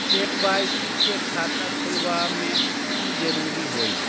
KYC के खाता खुलवा में की जरूरी होई?